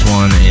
one